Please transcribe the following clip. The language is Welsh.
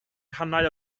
rhannau